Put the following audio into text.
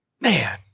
Man